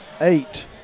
eight